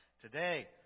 today